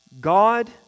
God